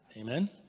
Amen